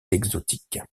exotiques